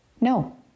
No